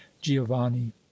giovanni